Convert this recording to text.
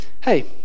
hey